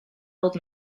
old